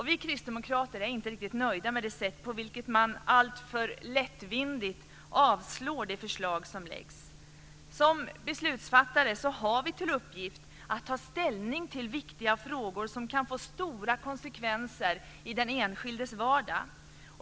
Vi kristdemokrater är inte riktigt nöjda med det sätt på vilket man alltför lättvindigt avstyrker de förslag som läggs fram. Som beslutsfattare har vi till uppgift att ta ställning till viktiga frågor som kan få stora konsekvenser i den enskildes vardag.